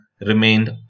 remained